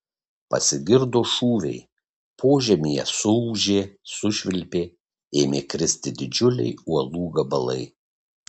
pasigirdo šūviai požemyje suūžė sušvilpė ėmė kristi didžiuliai uolų gabalai